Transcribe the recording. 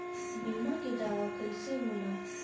बीमा के दावा कईसे होला?